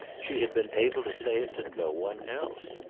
she had been able to say it to no one else.